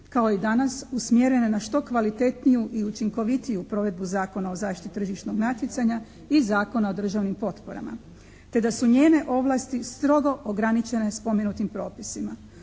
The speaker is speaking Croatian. kao i danas usmjerene na što kvalitetniju i učinkovitiju provedbu Zakona o zaštiti tržišnog natjecanja i Zakona o državnim potporama, te da su njene ovlasti strogo ograničene spomenutim propisima.